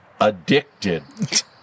Addicted